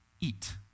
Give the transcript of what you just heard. eat